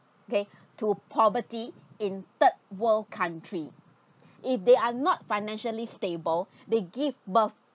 okay to poverty in third world country if they are not financially stable they give birth